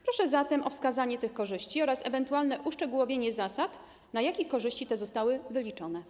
Proszę zatem o wskazanie tych korzyści oraz ewentualne uszczegółowienie zasad, na jakich korzyści te zostały wyliczone.